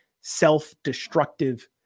self-destructive